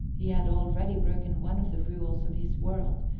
he had already broken one of the rules of his world,